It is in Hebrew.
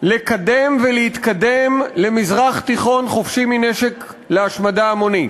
לקדם ולהתקדם למזרח תיכון חופשי מנשק להשמדה המונית.